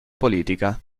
politica